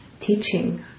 Teaching